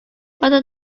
whether